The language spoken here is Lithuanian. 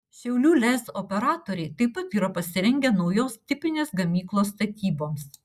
šiaulių lez operatoriai taip pat yra pasirengę naujos tipinės gamyklos statyboms